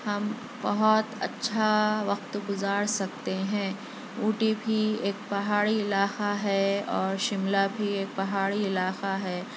ہم بہت اچھا وقت گزار سکتے ہیں اوٹی بھی ایک پہاڑی علاقہ ہے اور شملہ بھی ایک پہاڑی علاقہ ہے